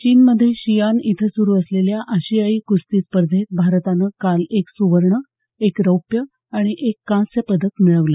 चीनमध्ये शियान इथं सुरू असलेल्या आशियायी कुस्ती स्पर्धेत भारतानं काल एक सुवर्ण एक रौप्य आणि एक कांस्य पदक मिळवलं